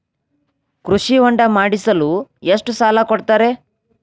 ಕೃಷಿ ಹೊಂಡ ಮಾಡಿಸಲು ಎಷ್ಟು ಸಾಲ ಕೊಡ್ತಾರೆ?